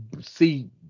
see